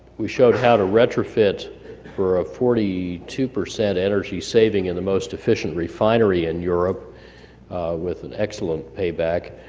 we showed how to retrofit for a forty two percent energy saving in the most efficient refinery in europe with an excellent payback.